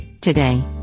Today